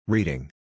Reading